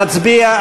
תצביע,